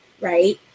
Right